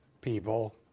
people